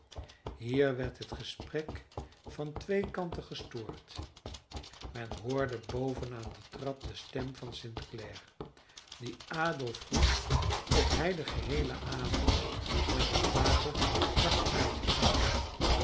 hier werd het gesprek van twee kanten gestoord men hoorde boven aan de trap de stem van st clare die adolf vroeg of hij den geheelen avond met het water dacht uit te blijven